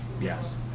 Yes